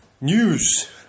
news